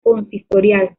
consistorial